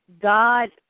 God